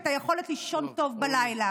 את היכולת לישון טוב בלילה.